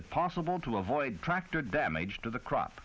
it possible to avoid tractor damage to the crop